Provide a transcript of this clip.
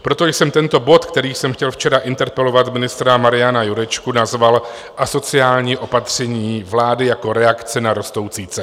Proto jsem tento bod, kterým jsem chtěl včera interpelovat ministra Mariana Jurečku, nazval Asociální opatření vlády jako reakce na rostoucí ceny.